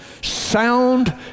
sound